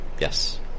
Yes